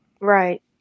Right